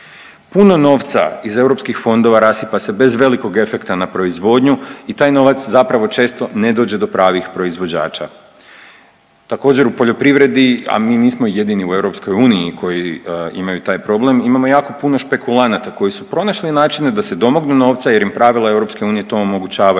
Puno novca iz Europskih fondova rasipa se bez velikog efekta na proizvodnju i taj novac zapravo često ne dođe do pravih proizvođača. Također u poljoprivredi, a mi nismo jedini u Europskoj uniji koji imaju taj problem imamo jako puno špekulanata koji su pronašli načine da se domognu novca jer im pravila Europske unije